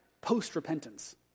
post-repentance